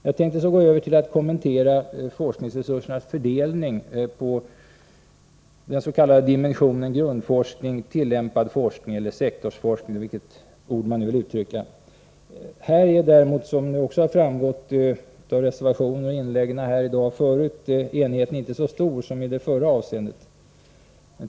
Jag skall så gå över till att kommentera forskningsresursernas fördelning på dimensionen grundforskning-tillämpad forskning. Här är däremot, som framgår av reservationerna och inläggen tidigare i dag, enigheten inte så stor som i fråga om det förra avseendet.